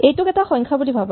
এইটোক এটা সংখ্যা বুলি ভাৱা